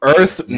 Earth